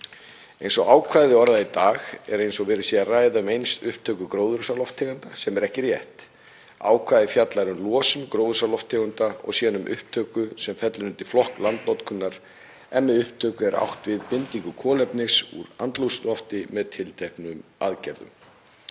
Eins og ákvæðið er orðað í dag er eins og verið sé að ræða um upptöku gróðurhúslofttegunda sem er ekki rétt. Ákvæðið fjallar um losun gróðurhúsalofttegunda og síðan um upptöku sem fellur undir flokk landnotkunar en með upptöku er átt við bindingu kolefnis úr andrúmslofti með tilteknum aðgerðum.